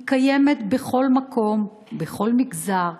היא קיימת בכל מקום, בכל מגזר,